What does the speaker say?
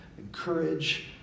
encourage